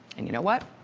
and you know what?